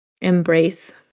embrace